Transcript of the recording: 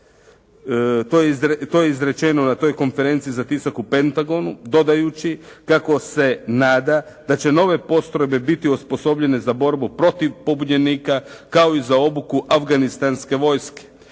To je izrečeno na toj konferenciji za tisak u Pentagonu dodajući kako se nada da će nove postrojbe biti osposobljene za borbu protiv pubenjenika kao i za obuku afganistanske vojske.